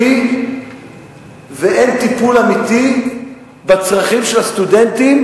ואין טיפול אמיתי בצרכים של הסטודנטים,